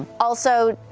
also,